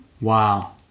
Wow